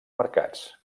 mercats